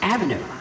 Avenue